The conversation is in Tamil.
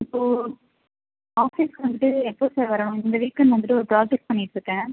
இப்போ ஆஃபிஸ்க்கு வந்துட்டு எப்போ சார் வரணும் இந்த வீக் எண்ட் வந்துவிட்டு ஒரு ப்ராஜெக்ட் பண்ணிடுட்ருக்கேன்